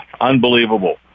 unbelievable